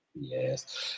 Yes